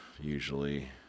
Usually